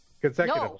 Consecutive